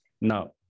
Now